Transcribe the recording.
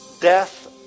Death